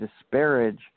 disparage